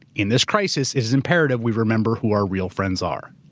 in this crisis it is imperative we remember who our real friends are.